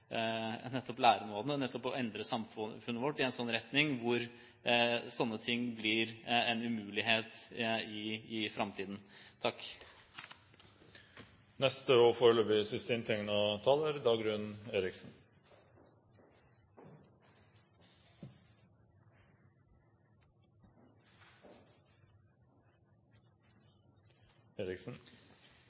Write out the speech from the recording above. endre samfunnet vårt i en retning hvor sånne ting blir en umulighet i framtiden.